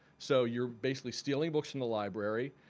so you're basically stealing books from the library.